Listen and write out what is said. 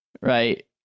right